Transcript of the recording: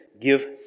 give